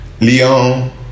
Leon